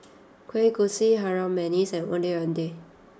Kueh Kosui Harum Manis and Ondeh Ondeh